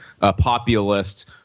populist